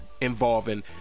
involving